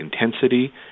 intensity